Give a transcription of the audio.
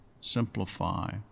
simplify